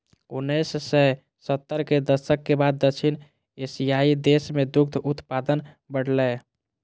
उन्नैस सय सत्तर के दशक के बाद दक्षिण एशियाइ देश मे दुग्ध उत्पादन बढ़लैए